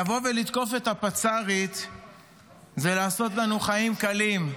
לבוא ולתקוף את הפצ"רית זה לעשות לנו חיים קלים.